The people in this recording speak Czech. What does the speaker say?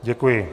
Děkuji.